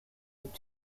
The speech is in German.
und